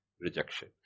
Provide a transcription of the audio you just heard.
rejection